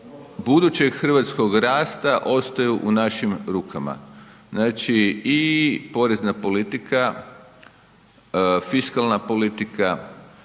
budućeg hrvatskog rasta ostaju u našim rukama. Znači i porezna politika, fiskalna politika,